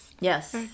Yes